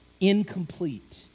incomplete